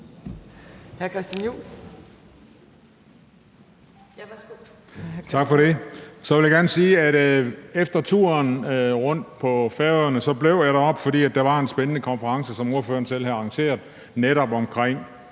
efter turen rundt på Færøerne blev jeg deroppe, fordi der var en spændende konference, som ordføreren selv havde arrangeret, netop omkring